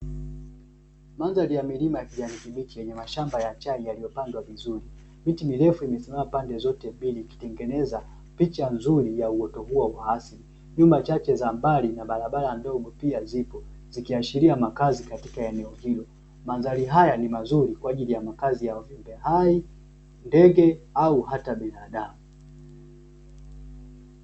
Mandari ya milima ya kijani kibichi yenye mashamba ya chai yaliyopandwa vizuri. Miti mirefu imesimama pande zote mbili ikitengeneza picha nzuri ya uoto huo wa asili. Nyumba chache za mbali na barabara ndogo pia zipo zikiashiria makazi katika eneo hilo. Mandhari haya ni mazuri kwa ajili ya makazi ya viumbe hai, ndege au hata binadamu.